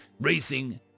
racing